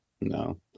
no